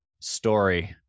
story